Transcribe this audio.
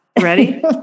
Ready